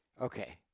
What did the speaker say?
Okay